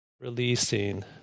releasing